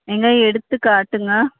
எங்கே எடுத்துக்காட்டுங்க